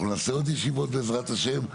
אנחנו נעשה עוד ישיבות, בעזרת השם.